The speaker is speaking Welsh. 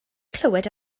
clywed